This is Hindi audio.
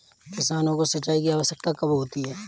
किसानों को सिंचाई की आवश्यकता कब होती है?